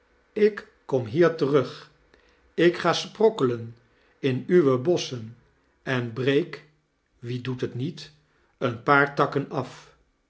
ik kom hier terug ik ga sprokkelen in uwe bossohen en breek wie doet t niet een paar takken af